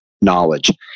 knowledge